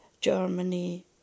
Germany